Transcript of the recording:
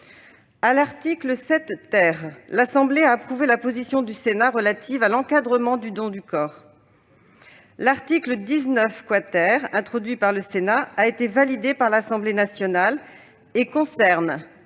À l'article 7 , elle a approuvé la position du Sénat relative à l'encadrement du don de corps. L'article 19 , introduit par le Sénat, a été validé par les députés ; il concerne